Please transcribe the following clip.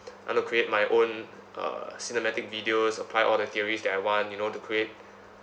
I want to create my own uh cinematic videos apply all the theories that I want you know to create